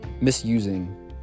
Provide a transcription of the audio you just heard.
misusing